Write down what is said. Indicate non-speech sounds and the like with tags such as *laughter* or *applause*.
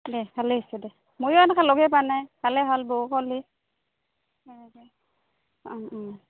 দে ভালে হৈছে দে ময়ো এনেকে লগে পাবা নাই ভালে ভাল *unintelligible* এনেকে অঁ